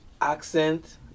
accent